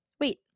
wait